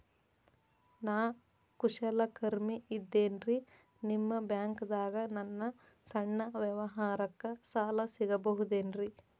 ನಾ ಕುಶಲಕರ್ಮಿ ಇದ್ದೇನ್ರಿ ನಿಮ್ಮ ಬ್ಯಾಂಕ್ ದಾಗ ನನ್ನ ಸಣ್ಣ ವ್ಯವಹಾರಕ್ಕ ಸಾಲ ಸಿಗಬಹುದೇನ್ರಿ?